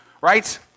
right